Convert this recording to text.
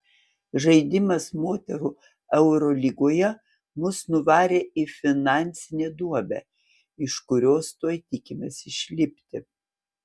žaidimas moterų eurolygoje mus nuvarė į finansinę duobę iš kurios tuoj tikimės išlipti